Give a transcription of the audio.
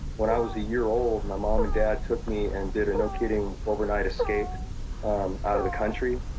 when i was a year old, my mom and dad took me and did a, no kidding, overnight escape out of the country.